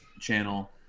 channel